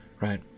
right